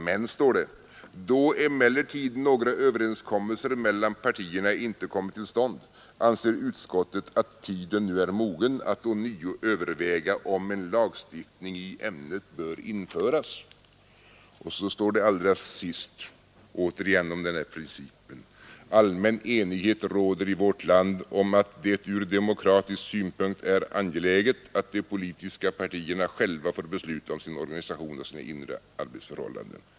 Sedan står det: ”Då emellertid några överenskommelser mellan partierna inte kommit till stånd anser utskottet att tiden nu är mogen att ånyo överväga om en lagstiftning i ämnet bör införas.” Så står det allra sist i utskottets betänkande om den här principen: ”Allmän enighet råder i vårt land om att det ur demokratisk synpunkt är angeläget att de politiska partierna själva får besluta om sin organisation och sina inre arbetsförhållanden.